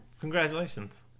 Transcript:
Congratulations